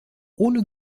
ohne